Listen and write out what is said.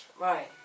Right